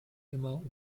immer